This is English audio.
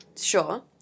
sure